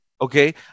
Okay